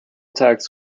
tax